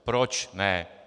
Proč ne?